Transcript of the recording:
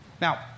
Now